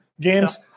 games